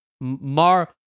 Mar